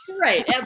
Right